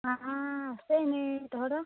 মা আছে এনেই তহঁতৰ